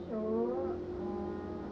show err